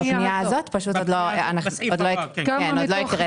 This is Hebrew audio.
יש עוד 4,000 אלפי